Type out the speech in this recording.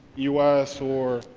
u s. or.